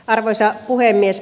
arvoisa puhemies